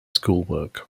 schoolwork